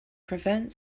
prevent